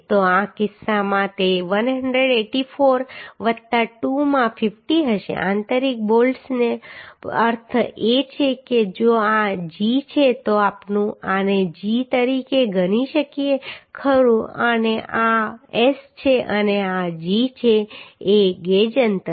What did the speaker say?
તો આ કિસ્સામાં તે 184 વત્તા 2 માં 50 હશે આંતરિક બોલ્ટ્સનો અર્થ એ છે કે જો આ g છે તો આપણે આને g તરીકે ગણી શકીએ ખરું અને આ આ S છે અને આ g છે ગેજ અંતર